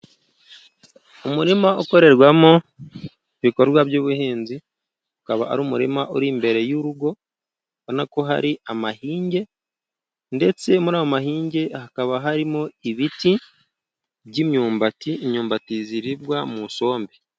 Umurima ukorerwamo ibikorwa by'ubuhinzi, ukaba ari umurima uri imbere y'urugo. Ubona na ko hari amahinge ndetse muri ayo mahinge hakaba harimo ibiti by'imyumbati, imyumbati iribwa mu isombe.